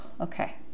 okay